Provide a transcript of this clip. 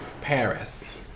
Paris